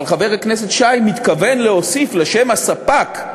אבל חבר הכנסת שי מתכוון להוסיף לשם הספק,